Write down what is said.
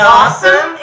awesome